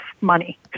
money